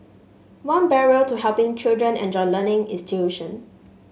one barrier to helping children enjoy learning is tuition